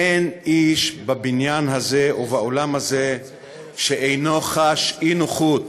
אין איש בבניין הזה ובאולם הזה שאינו חש אי-נוחות